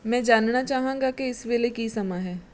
ਮੈਂ ਜਾਣਨਾ ਚਾਹਾਂਗਾ ਕਿ ਇਸ ਵੇਲੇ ਕੀ ਸਮਾਂ ਹੈ